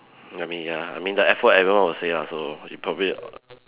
I mean ya I mean the F word everyone will say lah so you'll probably